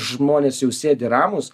žmonės jau sėdi ramūs